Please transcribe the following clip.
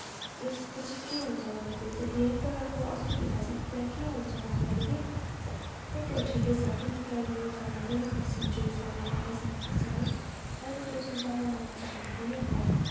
यसको के हुन्छ भन्दाखेरि चाहिँ धेरै प्रकारको असुविधा चाहिँ त्यहाँ के हुन्छ भन्दाखेरि सबै कुरा ठिकै छ किनकि अहिले यो जमाना ट्वेन्टी फर्स्ट सेन्चुरी जमाना आइसकेको छ है अहिलेको यस्तो जमाना चाहिँ हामी पनि हो